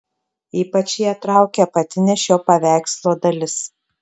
ypač ją traukė apatinė šio paveikslo dalis